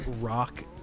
rock